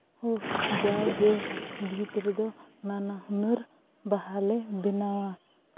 ᱡᱟᱣᱜᱮ ᱵᱷᱤᱛ ᱨᱮᱫᱚ ᱱᱟᱱᱟ ᱦᱩᱱᱟᱹᱨ ᱵᱟᱦᱟᱞᱮ ᱵᱮᱱᱟᱣᱟ